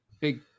big